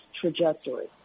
trajectory